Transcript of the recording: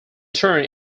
turned